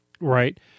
right